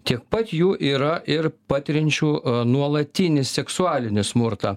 tiek pat jų yra ir patiriančių nuolatinį seksualinį smurtą